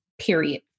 period